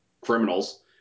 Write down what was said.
criminals